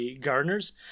Gardeners